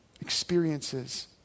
experiences